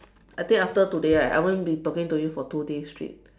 I think after today right I won't be talking to you for two days straight